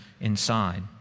inside